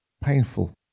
painful